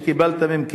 שקיבלת מהם,